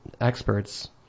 experts